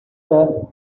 the